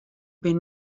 bin